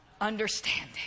understanding